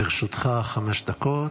לרשותך חמש דקות.